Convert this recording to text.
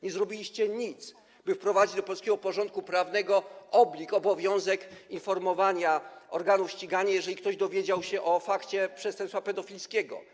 Nie zrobiliście nic, by wprowadzić do polskiego porządku prawnego oblig, obowiązek informowania organów ścigania, jeżeli ktoś dowiedział się o fakcie popełnienia przestępstwa pedofilskiego.